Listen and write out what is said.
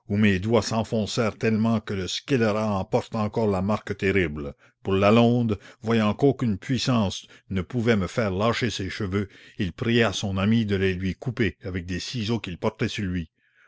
doigts s'enfoncèrent tellement que le scélérat en porte encore la marque terrible pour lalonde voyant qu'aucune puissance ne pouvait me faire lâcher ses cheveux il pria son ami de les lui couper avec des ciseaux qu'il portait sur lui